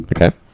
Okay